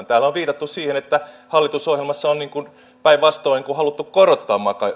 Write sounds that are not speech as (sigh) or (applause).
(unintelligible) täällä on viitattu siihen että hallitusohjelmassa on päinvastoin haluttu korottaa